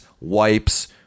wipes